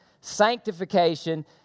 sanctification